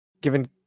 given